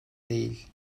değil